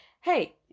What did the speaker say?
hey